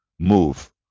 Move